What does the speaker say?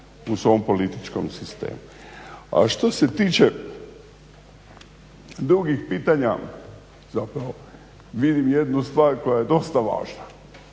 u svom političkom sistemu. A što se tiče drugih pitanja, zapravo vidim jednu stvar koja je dosta važna.